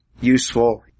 useful